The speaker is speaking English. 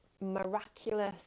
miraculous